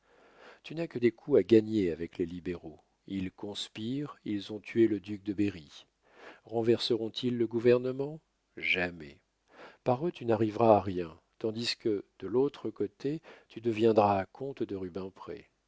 tu n'as que des coups à gagner avec les libéraux ils conspirent ils ont tué le duc de berry renverseront ils le gouvernement jamais par eux tu n'arriveras à rien tandis que de l'autre côté tu deviendras comte de rubempré tu